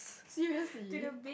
seriously